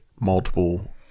multiple